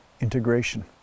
integration